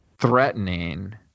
threatening